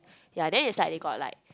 ya then it's like they got like